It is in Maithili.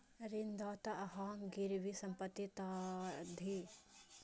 ऋणदाता अहांक गिरवी संपत्ति ताधरि अपना लग राखैत छै, जाधरि ओकर ऋण चुका नहि देबै